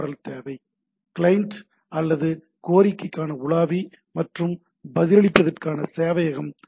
L தேவை client அல்லது கோரிக்கைக்கான உலாவி மற்றும் பதிலளிப்பதற்கான சேவையகம் தேவை